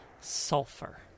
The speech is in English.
sulfur